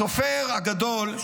הסופר הגדול,